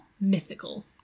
mythical